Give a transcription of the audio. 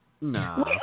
No